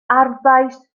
arfbais